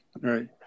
Right